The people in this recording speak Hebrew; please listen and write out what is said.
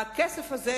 הכסף הזה,